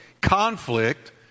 conflict